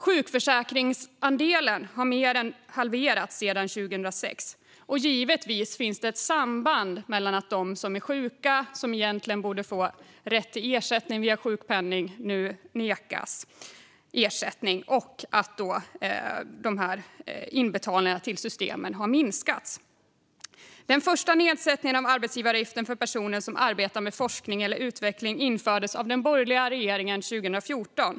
Sjukförsäkringsandelen har mer än halverats sedan 2006. Och givetvis finns det ett samband mellan att personer som är sjuka och som egentligen borde få rätt till ersättning via sjukpenning nu nekas ersättning och att dessa inbetalningar till systemen har minskat. Den första nedsättningen av arbetsgivaravgifterna för personer som arbetar med forskning eller utveckling infördes av den borgerliga regeringen 2014.